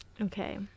Okay